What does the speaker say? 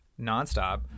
nonstop